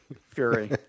fury